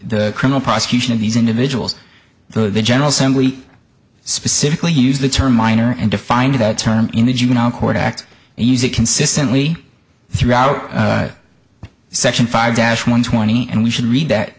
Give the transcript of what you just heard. the criminal prosecution of these individuals the general assembly specifically used the term minor and defined that term in the juvenile court act and use it consistently throughout section five dash one twenty and we should read that